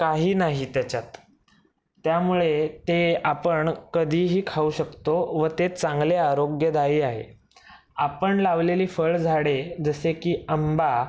काही नाही त्याच्यात त्यामुळे ते आपण कधीही खाऊ शकतो व ते चांगले आरोग्यदायी आहे आपण लावलेली फळझाडे जसे की आंबा